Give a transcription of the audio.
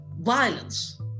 violence